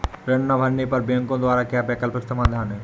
ऋण को ना भरने पर बैंकों द्वारा क्या वैकल्पिक समाधान हैं?